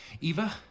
eva